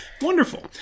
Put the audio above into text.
Wonderful